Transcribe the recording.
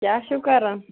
کیٛاہ چھِو کَران